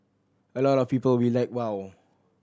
a lot of people were like wow